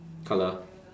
colour